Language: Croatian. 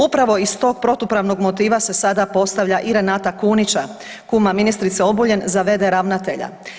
Upravo iz tog protupravnog motiva se sada postavlja Renata Kunića, kuma ministrice Obuljen za v.d. ravnatelja.